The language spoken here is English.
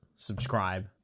Subscribe